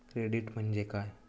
Credit म्हणजे काय?